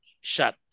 shut